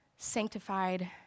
sanctified